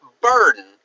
burden